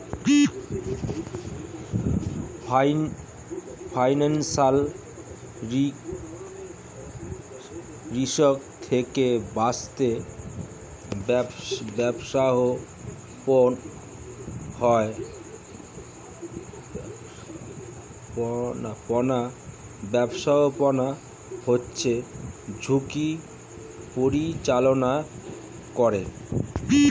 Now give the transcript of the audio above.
financial risk থেকে বাঁচার ব্যাবস্থাপনা হচ্ছে ঝুঁকির পরিচালনা করে